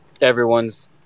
everyone's